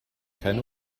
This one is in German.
keine